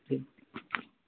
ठीक छै